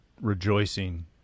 rejoicing